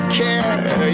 care